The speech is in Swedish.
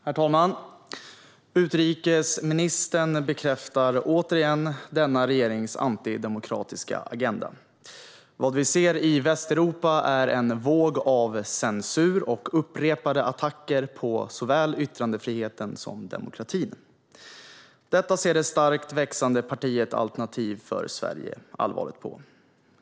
Herr talman! Utrikesministern bekräftar återigen denna regerings antidemokratiska agenda. Vad vi ser i Västeuropa är en våg av censur och upprepade attacker på såväl yttrandefriheten som demokratin. Detta ser det starkt växande partiet Alternativ för Sverige allvarligt på.